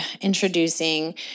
introducing